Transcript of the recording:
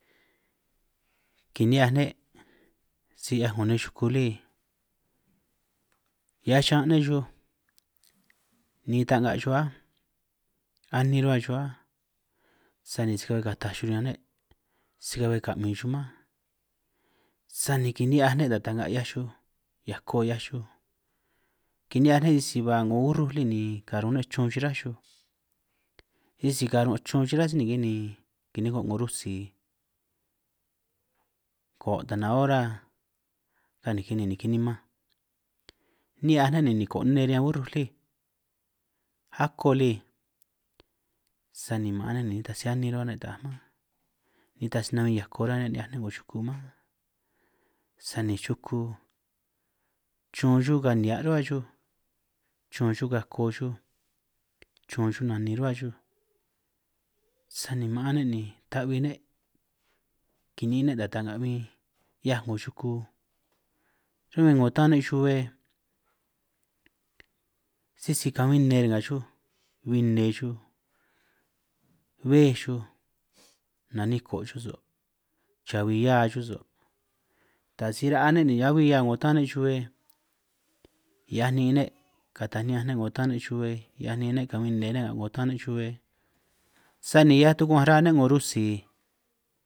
Kini'hiaj ne' si 'hiaj 'ngo nej yuku lí, hiaj yan' ne' xuj ni'in ta'nga xuj á anin ruhua xuj á, sani si ka'hue kataj xuj riñan ne' si ka'hue kamin xuj mánj, sani kini'hiaj ne' taj ta'nga 'hiaj xuj hiako 'hiaj xuj, kini'hiaj ne' sisi ba 'ngo urrúj lí ni karun ne' chrun yiráj xuj, sisí karun' chrun yichra sí niki ni kiniko' 'ngo rutsi koo', taj naj ora kaniki ni niki nimanj, ni'hiaj ne' ni niko' nnee riñan urrúj lí ako lí, sani maan ne' ni nitaj si anin ruhua ne' taaj mánj, nitaj si nahuin hiako ruhua ne' ni'hiaj ne' 'ngo yuku mánj, sani yuku chrun xuj ka nihia' ruhua xuj chrun xuj kako xuj, chrun xuj nanin ruhua xuj, sani maan ne' ni ta'hui ne' kini'in ne' taj ta'nga bin 'hiaj 'ngo yuku, ro'min 'ngo tán ne' xuhue sisi kabin nne re' nga xuj bin nne xuj, bbéj xuj naniko' xuj so' yahui hia xuj so' taj si ra'a ne' ni ahui hia 'ngo tán ne' yuhue, hiaj ni'in ne' kataj ni'ñanj ne' 'ngo tán ne' yuhue hiaj ni'in ne' kabin nne ne' nga 'ngo tán ne' yuhue, sani hiaj tuguan'anj ra'a nej 'ngo rutsi.